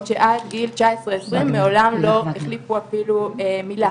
שעד גיל 19-20 מעולם לא החליפו אפילו מילה,